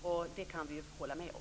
Det kan vi hålla med om.